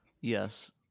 yes